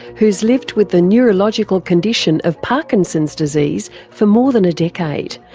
who's lived with the neurological condition of parkinson's disease for more than a decade,